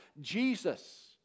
Jesus